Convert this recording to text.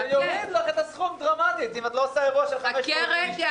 זה יוריד לך את הסכום דרמטית אם את לא עושה אירוע של 500 אנשים.